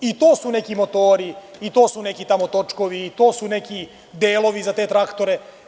I to su neki motori, i to su tamo neki točkovi, i to su neki delovi za te traktore.